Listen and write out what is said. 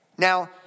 Now